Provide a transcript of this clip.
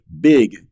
big